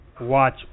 watch